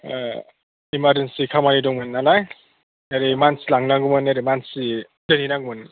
अ emergency खामानि दंमोन नालाय ओरै मानसि लांनांगौमोन ओरै मानसि दोनहै नांगौमोन